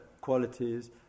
qualities